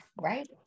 right